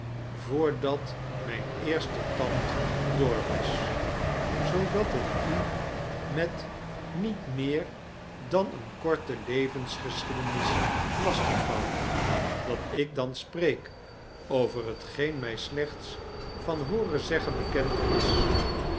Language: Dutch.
voordat myn eerste tand door was zoodat ik u met niet meer dan eene korte levensgeschiedenis lastig val dat ik dan spreek over t geen my slechts van hooren zeggen bekend is